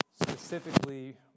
specifically